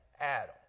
Adam